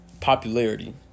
popularity